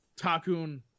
Takun